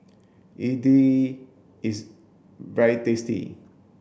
Idili is very tasty